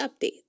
updates